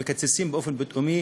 מקצצים באופן פתאומי